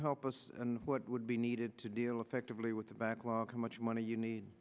help us and what would be needed to deal effectively with the backlog how much money you need